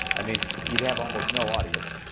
i mean, you'd have almost no audience.